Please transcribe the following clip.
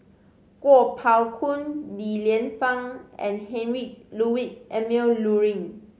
Kuo Pao Kun Li Lienfung and Heinrich Ludwig Emil Luering